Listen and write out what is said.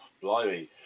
Blimey